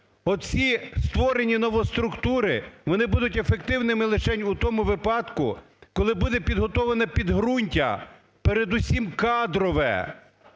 всі створені новоструктури, вони будуть ефективними лишень в тому випадку, коли буде підготовлене підґрунтя, передусім кадрове,